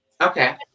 Okay